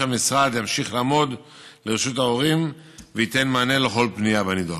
המשרד ימשיך לעמוד לרשות ההורים וייתן מענה לכל פנייה בנדון.